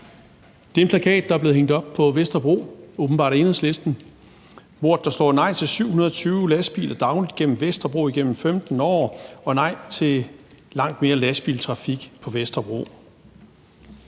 Det er en plakat, der er blevet hængt op på Vesterbro, åbenbart af Enhedslisten, og hvor der står nej til 720 lastbiler dagligt igennem Vesterbro igennem 15 år og nej til langt mere lastbiltrafik på Vesterbro.